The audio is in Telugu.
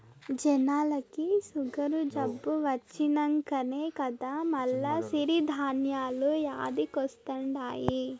జనాలకి సుగరు జబ్బు వచ్చినంకనే కదా మల్ల సిరి ధాన్యాలు యాదికొస్తండాయి